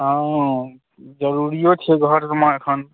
हँ जरुरीयो छै घरमे एखन